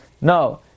No